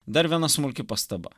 dar viena smulki pastaba